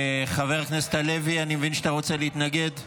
חבר הכנסת הלוי, אני מבין שאתה רוצה להתנגד.